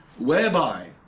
whereby